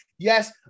Yes